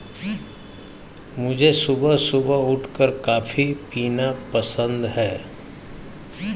मुझे सुबह सुबह उठ कॉफ़ी पीना पसंद हैं